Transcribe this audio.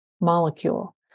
molecule